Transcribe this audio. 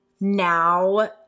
now